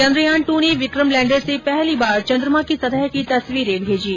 Chandrayaan two ने Vikram lander से पहली बार चन्द्रमा की सतह की तस्वीरें भेजी